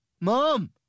Mom